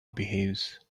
behaves